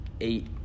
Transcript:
eight